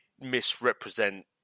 misrepresent